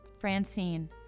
Francine